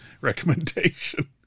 recommendation